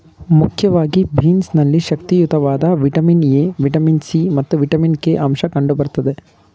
ಮುಖ್ಯವಾಗಿ ಬೀನ್ಸ್ ನಲ್ಲಿ ಶಕ್ತಿಯುತವಾದ ವಿಟಮಿನ್ ಎ, ವಿಟಮಿನ್ ಸಿ ಮತ್ತು ವಿಟಮಿನ್ ಕೆ ಅಂಶ ಕಂಡು ಬರ್ತದೆ